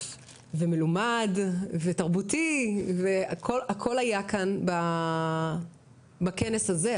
ומלומד ותרבותי והכל היה כאן בכנס הזה.